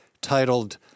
titled